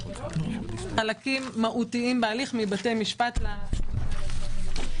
וחלקים מהותיים מבתי משפט על הליכי חדלות פירעון.